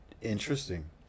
interesting